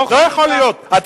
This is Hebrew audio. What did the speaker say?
לא יכול להיות, אתה